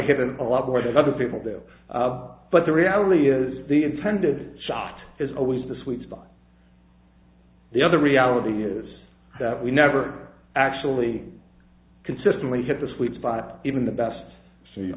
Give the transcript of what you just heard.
him a lot more than other people do but the reality is the intended shot is always the sweet spot the other reality is that we never actually consistently hit the sweet spot even the best so you